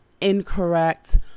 incorrect